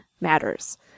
matters